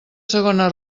segona